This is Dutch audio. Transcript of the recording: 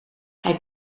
hij